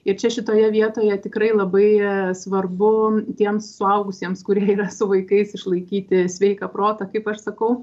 ir čia šitoje vietoje tikrai labai svarbu tiems suaugusiems kurie yra su vaikais išlaikyti sveiką protą kaip aš sakau